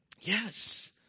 Yes